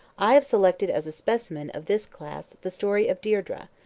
i have selected as a specimen of this class the story of deirdre,